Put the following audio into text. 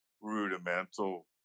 rudimental